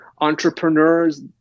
entrepreneurs